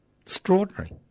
Extraordinary